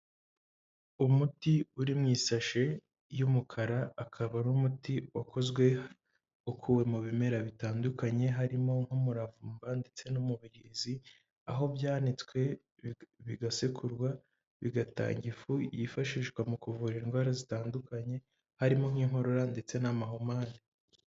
Umuti uri mu isashe y'umukara, akaba ari umuti wakozwe ukuwe mu bimera bitandukanye, harimo nk'umuravumba ndetse n'umubirizi, aho byanitswe, bigasekurwa, bigatanga ifu yifashishwa mu kuvura indwara zitandukanye, harimo nk'inkorora ndetse n'amahumane.